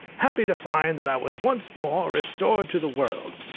happy to find that i was once more restored to the world.